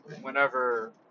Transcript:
whenever